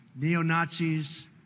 Neo-Nazis